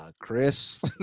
Chris